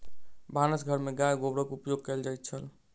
भानस घर में गाय गोबरक उपयोग कएल जाइत छल